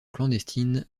clandestine